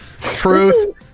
Truth